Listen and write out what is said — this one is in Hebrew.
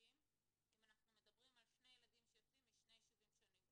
חדשים אם אנחנו מדברים על שני ילדים שיוצאים משני ישובים שונים?